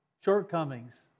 shortcomings